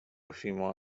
oshima